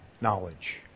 knowledge